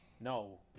No